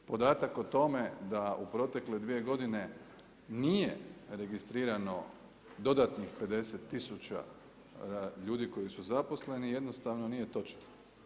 Podatak o tome da u protekle 2 godine, nije registrirano dodatnih 50000 ljudi koji su zaposleni, jednostavno nije točno.